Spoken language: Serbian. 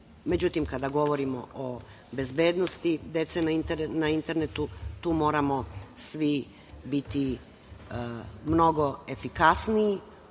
Međutim, kada govorimo o bezbednosti dece na internetu, tu moramo svi biti mnogo efikasniji